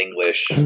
English